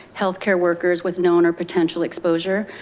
healthcare workers with known or potential exposure,